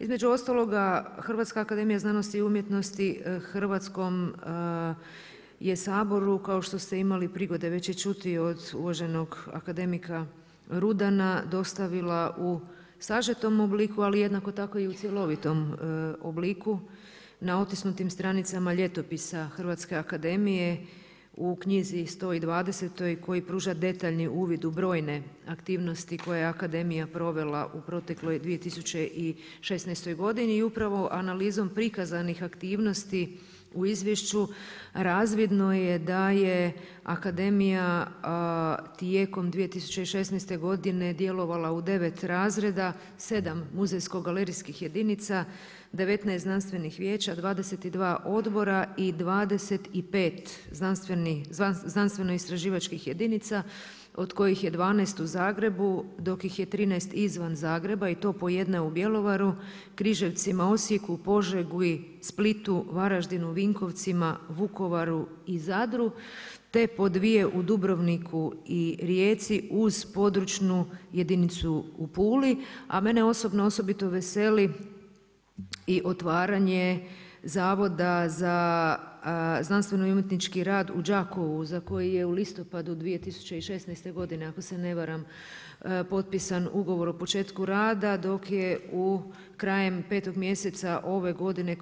Između ostaloga Hrvatska akademija znanosti i umjetnosti u Hrvatskom saboru kao što ste imali prigode već i čuti od uvaženog akademika Rudana dostavila u sažetom obliku, ali jednako tako i u cjelovitom obliku na otisnutim stranicama ljetopisa Hrvatske akademije u knjizi 120 koji pruža detaljni uvid u brojne aktivnosti, koje akademija provela u protekloj 2016. godini i upravo analizom prikazanih aktivnosti u izvješću razvidno je da je Akademija tijekom 2016. godine djelovala u 9 razreda, 7 muzejsko galerijskih jedinica, 19 znanstvenih vijeća, 22 odbora i 25 znanstveno istraživačkih jedinica, od kojih je 12 u Zagrebu, dok ih je 13 izvan Zagreba i to po jedne u Bjelovaru, Križevcima, Osijeku, Požegi, Splitu, Varaždinu, Vinkovcima, Vukovaru i Zadru te po dvije u Dubrovniku i Rijeci uz područnu jedinicu u Puli, a mene osobno osobito veseli i otvaranje Zavoda za znanstveno umjetnički rad u Đakovu za koji je u listopadu 2016. godina ako se ne varam potpisan ugovor o početku rada dok je krajem 5. mjeseca ove godine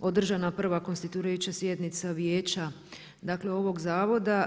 održana prva konstituirajuća sjednica vijeća ovog zavoda.